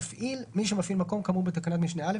"מפעיל" מי שמפעיל מקום כאמור בתקנת משנה (א),